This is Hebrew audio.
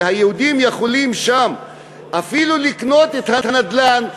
היהודים יכולים שם אפילו לקנות את הנדל"ן אנטישמיות,